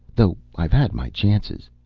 though i've had my chances.